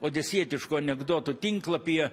odesietiškų anekdotų tinklapyje